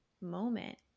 moment